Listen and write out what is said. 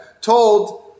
told